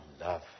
love